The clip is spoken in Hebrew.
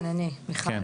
כן אני, מיכל.